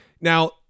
Now